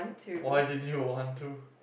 why didn't you want to